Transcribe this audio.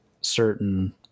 certain